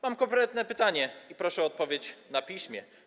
Mam konkretne pytanie i proszę o odpowiedź na piśmie.